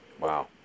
wow